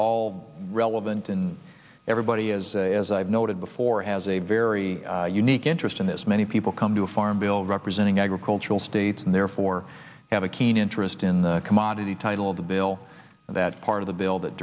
all relevant in everybody is as i've noted before has a very unique interest in this many people come to a farm bill representing agricultural states and therefore have a keen interest in the commodity title of the bill that part of the bil